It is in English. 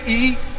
eat